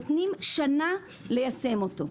נותנים שנה ליישם אותו.